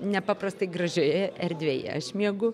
nepaprastai gražioje erdvėje aš miegu